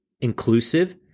inclusive